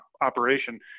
operation